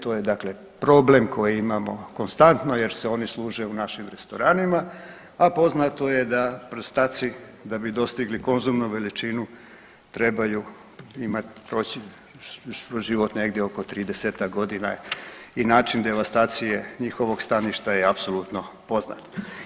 To je, dakle problem koji imamo konstantno jer se oni služe u našim restoranima, a poznato je da prstaci da bi dostigli konzumnu veličinu trebaju imati, proći kroz život negdje oko tridesetak godina i način devastacije njihovog staništa je apsolutno poznat.